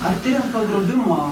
artėjant pagrobimo